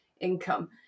income